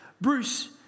Bruce